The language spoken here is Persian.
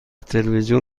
تلویزیون